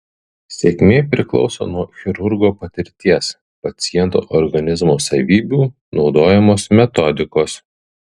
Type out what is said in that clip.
sėkmė priklauso nuo chirurgo patirties paciento organizmo savybių naudojamos metodikos